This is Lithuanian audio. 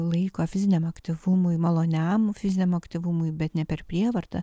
laiko fiziniam aktyvumui maloniam fiziniam aktyvumui bet ne per prievartą